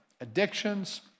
Addictions